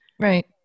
Right